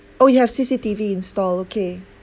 oh you have C_C_T_V install okay